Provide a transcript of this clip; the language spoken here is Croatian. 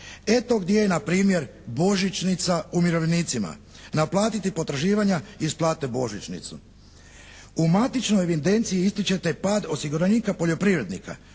Eto gdje je na primjer božićnica umirovljenicima? Naplatite potraživanja i isplatite božićnicu. U matičnoj evidenciji ističete pad osiguranika poljoprivrednika.